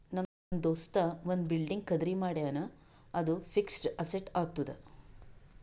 ನಮ್ ದೋಸ್ತ ಒಂದ್ ಬಿಲ್ಡಿಂಗ್ ಖರ್ದಿ ಮಾಡ್ಯಾನ್ ಅದು ಫಿಕ್ಸಡ್ ಅಸೆಟ್ ಆತ್ತುದ್